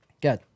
good